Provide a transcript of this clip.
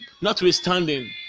Notwithstanding